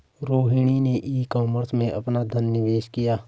रोहिणी ने e commerce में अपना धन निवेश किया